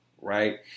right